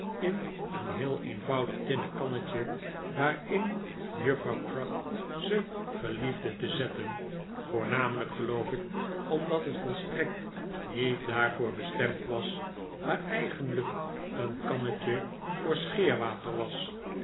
in een heel eenvoudig tinnen kannetje waarin juffrouw crupp ze geliefde te zetten voornamelijk geloof ik omdat het volstrekt niet daarvoor bestemd was maar eigenlijk een kannetje voor scheerwater was